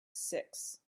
six